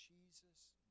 Jesus